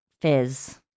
Fizz